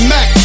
Mac